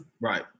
Right